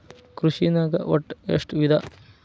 ಕೃಷಿನಾಗ್ ಒಟ್ಟ ಎಷ್ಟ ವಿಧ?